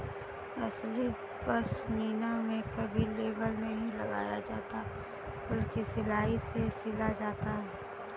असली पश्मीना में कभी लेबल नहीं लगाया जाता बल्कि सिलाई से सिला जाता है